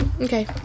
Okay